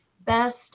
Best